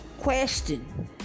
question